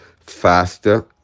faster